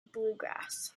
bluegrass